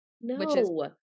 No